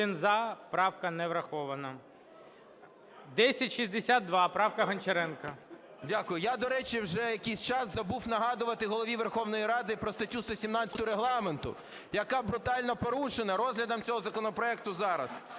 За-101 Правка не врахована. 1062, правка Гончаренко. 13:18:25 ГОНЧАРЕНКО О.О. Дякую. Я, до речі, вже якийсь час забув нагадувати Голові Верховної Ради про статтю 117 Регламенту, яка брутально порушена розглядом цього законопроекту зараз.